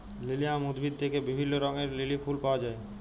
lilium উদ্ভিদ থেক্যে বিভিল্য রঙের লিলি ফুল পায়া যায়